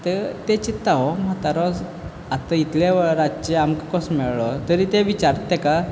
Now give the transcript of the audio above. आतां तें चिंतता हो म्हातारो आत्तां इतले वेळ रातचे आमकां कसो मेयळो तरी ते विचारता तेका